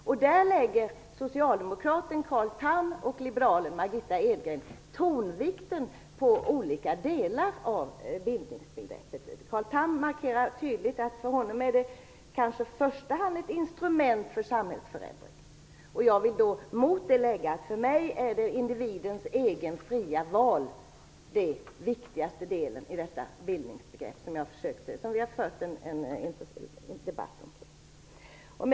Där lägger socialdemokraten Carl Tham och liberalen Margitta Edgren tonvikten på olika delar av bildningsbegreppet. Carl Tham markerar tydligt att det för honom i första hand är ett instrument för samhällsförändring. Och jag vill mot det lägga att det för mig är individens eget fria val som är den viktigaste delen i detta bildningsbegrepp som vi har fört en debatt om.